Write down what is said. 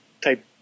type